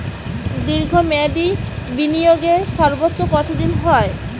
দীর্ঘ মেয়াদি বিনিয়োগের সর্বোচ্চ কত দিনের হয়?